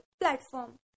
platform